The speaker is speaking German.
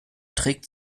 trägt